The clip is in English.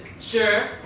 sure